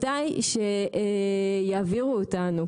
מתי שיעבירו אותנו.